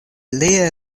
lia